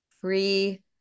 free